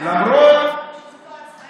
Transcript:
שומר על ביטחון המדינה וגם כל החיים,